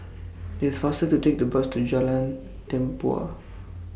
IT IS faster to Take The Bus to Jalan Tempua